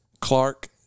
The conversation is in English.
Clark